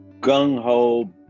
gung-ho